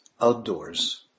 outdoors